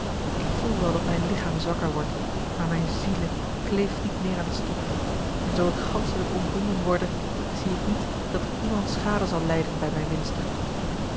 ik voel wel dat mijn lichaam zwakker wordt maar mijne ziele kleeft niet meer aan het stof en zoo ik ganschelijk ontbonden worde zie ik niet dat iemand schade zal lijden bij mijne winste